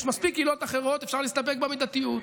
יש מספיק עילות אחרות, אפשר להסתפק במידתיות.